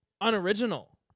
unoriginal